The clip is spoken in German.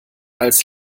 als